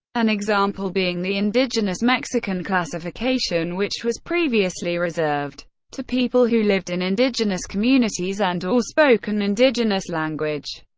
an example being the indigenous mexican classification, which was previously reserved to people who lived in indigenous communities and or spoke an indigenous language.